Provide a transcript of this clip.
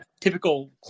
typical